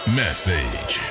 message